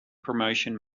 promotion